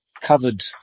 covered